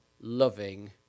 loving